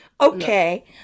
okay